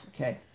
okay